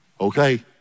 Okay